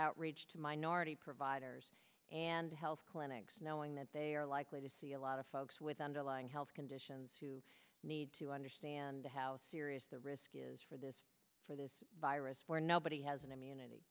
outrage to minority providers and health clinics knowing that they are likely to see a lot of folks with underlying health conditions who need to understand how serious the risk is for this for this virus where nobody has an immunity